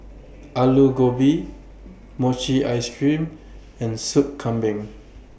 Aloo Gobi Mochi Ice Cream and Sup Kambing